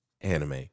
anime